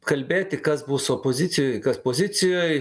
kalbėti kas bus opozicijoj kas pozicijoj